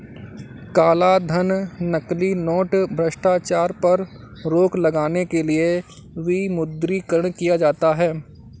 कालाधन, नकली नोट, भ्रष्टाचार पर रोक लगाने के लिए विमुद्रीकरण किया जाता है